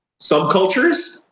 subcultures